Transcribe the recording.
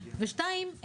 ושתיים,